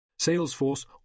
Salesforce